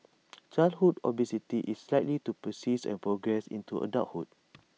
childhood obesity is likely to persist and progress into adulthood